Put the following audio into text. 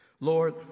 Lord